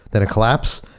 then a collapse,